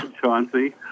Chauncey